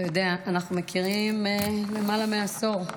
אתה יודע, אנחנו מכירים למעלה מעשור,